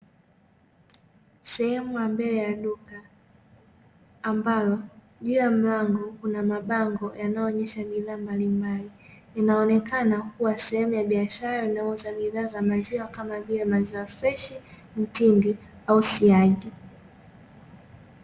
Sehemu ya mbele ya duka ambalo juu ya mlango kuna mabango yanayoonyesha bidhaa mbalimbali, inaonekana kuwa sehemu ya biashara inayouza bidhaa za maziwa kama vile; maziwa freshi, mtindi au siagi.